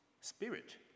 spirit